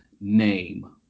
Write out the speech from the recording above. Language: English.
name